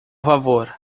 favor